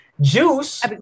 juice